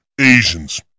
Asians